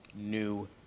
new